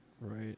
Right